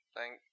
Thank